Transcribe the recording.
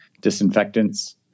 disinfectants